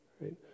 right